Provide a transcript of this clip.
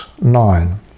nine